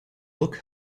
look